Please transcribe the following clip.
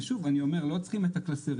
ושוב, אני אומר, לא צריכים את הקלסרים.